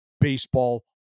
baseball